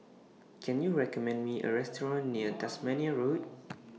Can YOU recommend Me A Restaurant near Tasmania Road